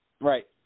Right